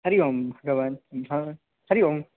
हरि ओम् भगवान् भ हरि ओम्